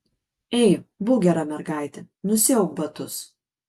ei būk gera mergaitė nusiauk batus